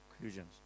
conclusions